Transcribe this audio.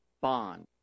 Bond